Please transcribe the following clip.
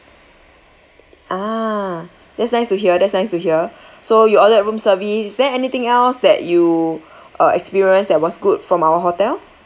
ah that's nice to hear that's nice to hear so you ordered a room service is there anything else that you uh experience that was good from our hotel